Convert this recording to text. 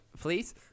please